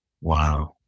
Wow